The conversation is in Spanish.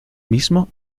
mismo